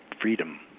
freedom